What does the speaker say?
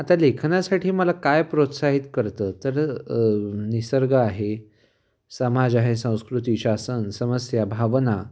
आता लेखनासाठी मला काय प्रोत्साहित करतं तर निसर्ग आहे समाज आहे संस्कृती शासन समस्या भावना